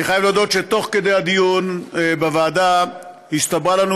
אני חייב להודות שתוך כדי הדיון בוועדה הסתברה לנו